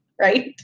right